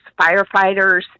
firefighters